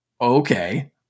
Okay